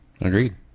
Agreed